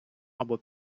або